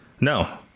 No